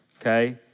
Okay